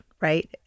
right